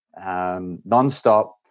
nonstop